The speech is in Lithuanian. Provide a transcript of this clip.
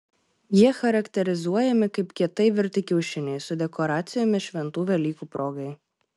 jie charakterizuojami kaip kietai virti kiaušiniai su dekoracijomis šventų velykų progai